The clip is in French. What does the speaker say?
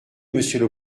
monsieur